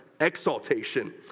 exaltation